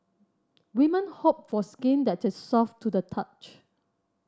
women hope for skin that is soft to the touch